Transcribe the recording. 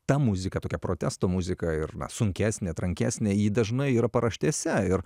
ta muzika tokia protesto muzika ir na sunkesnė trankesnė ji dažnai yra paraštėse ir